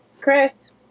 Chris